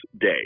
day